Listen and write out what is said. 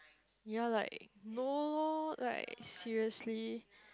ya like no lor like seriously